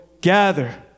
gather